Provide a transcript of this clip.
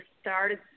started